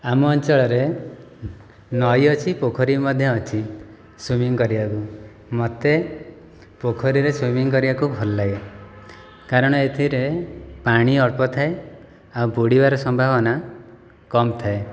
ଆମ ଅଞ୍ଚଳରେ ନଈ ଅଛି ପୋଖରୀ ମଧ୍ୟ ଅଛି ସ୍ୱଇମିଙ୍ଗ କରିବାକୁ ମୋତେ ପୋଖରୀରେ ସ୍ୱଇମିଙ୍ଗ କରିବାକୁ ଭଲଲାଗେ କାରଣ ଏଥିରେ ପାଣି ଅଳ୍ପ ଥାଏ ଆଉ ବୁଡ଼ିବାର ସମ୍ଭାବନା କମ୍ ଥାଏ